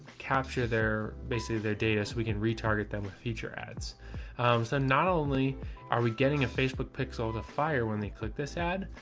capture their, basically their data so we can retarget them with feature ads. um, so not only are we getting a facebook pixel to fire when they click this ad,